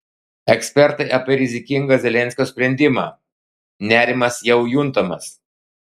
ekspertai apie rizikingą zelenskio sprendimą nerimas jau juntamas